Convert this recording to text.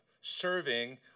serving